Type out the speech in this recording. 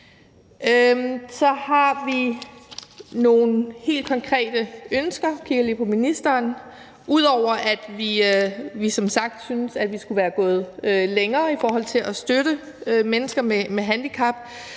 Så har vi nogle helt konkrete ønsker – jeg kigger lige på ministeren. Ud over at vi som sagt synes, at vi skulle været gået længere i forhold til at støtte mennesker med handicap,